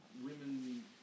women